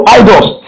idols